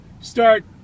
start